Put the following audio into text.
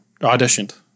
auditioned